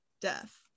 death